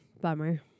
bummer